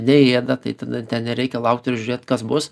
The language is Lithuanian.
neėda tai tada ten nereikia laukt ir žiūrėt kas bus